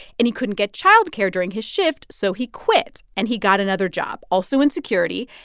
and he couldn't get childcare during his shift, so he quit. and he got another job, also in security,